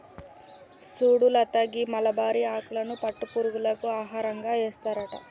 సుడు లత గీ మలబరి ఆకులను పట్టు పురుగులకు ఆహారంగా ఏస్తారట